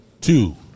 two